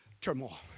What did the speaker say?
turmoil